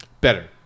Better